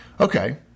Okay